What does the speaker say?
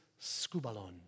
scubalon